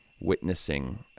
witnessing